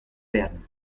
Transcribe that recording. werden